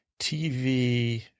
TV